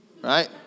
Right